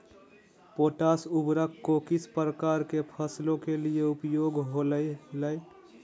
Potash उर्वरक को किस प्रकार के फसलों के लिए उपयोग होईला?